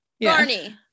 Barney